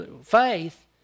faith